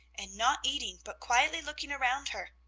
and not eating, but quietly looking around her.